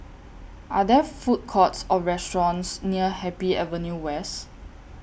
Are There Food Courts Or restaurants near Happy Avenue West